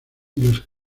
los